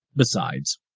besides,